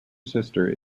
sister